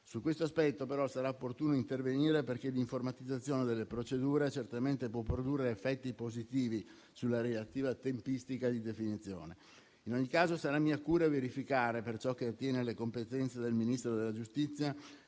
Su questo aspetto, però, sarà opportuno intervenire perché l'informatizzazione delle procedure certamente può produrre effetti positivi sulla relativa tempistica di definizione. In ogni caso sarà mia cura verificare, per ciò che attiene alle competenze del Ministro della giustizia,